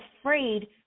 afraid